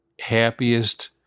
happiest